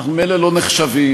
אנחנו ממילא לא נחשבים.